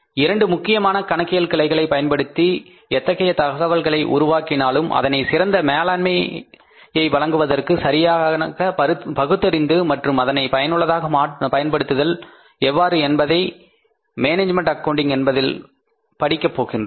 இரண்டு முக்கியமான கணக்கியல் கிளைகளை பயன்படுத்தி எத்தகைய தகவலை உருவாக்கினாலும் அதனை சிறந்த மேலாண்மையை வழங்குவதற்கு சரியாக பகுத்தறிந்து மற்றும் அதனை பயனுள்ளதாக பயன்படுத்துதல் எவ்வாறு என்பதைப்பற்றி மேனேஜ்மென்ட் அக்கவுண்டிங் என்பதில் படிக்க போகின்றோம்